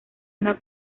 una